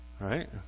right